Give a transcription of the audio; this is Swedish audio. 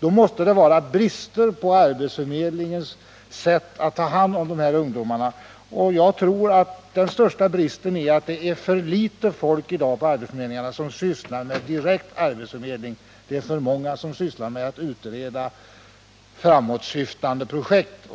Då måste det finnas brister i arbetsförmedlingarnas sätt att ta hand om ungdomarna. Och jag tror att den största bristen är att det är för litet folk i dag på arbetsförmedlingarna som sysslar med direkt arbetsförmedling och för många som sysslar med att utreda framåt syftande projekt.